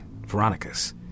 Veronica's